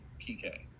pk